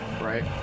Right